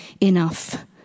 enough